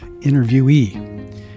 interviewee